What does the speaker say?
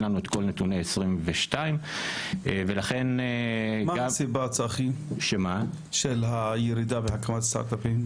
אין לנו את כל נתונים 2022. מה הסיבה של הירידה בהקמת הסטארט-אפים?